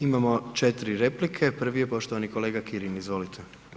Imamo 4 replike, prvi je poštovani kolega Kirin, izvolite.